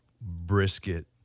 brisket